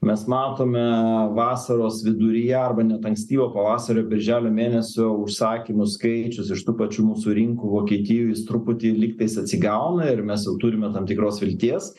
mes matome vasaros viduryje arba net ankstyvo pavasario birželio mėnesio užsakymų skaičius iš tų pačių mūsų rinkų vokietijoj jis truputį lygtais atsigauna ir mes jau turime tam tikros vilties